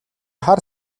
хар